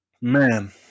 man